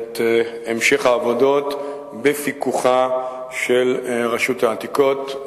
את המשך העבודות, בפיקוחה של רשות העתיקות.